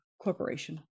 corporation